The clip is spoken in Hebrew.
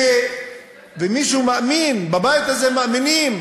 ומישהו מאמין, בבית הזה מאמינים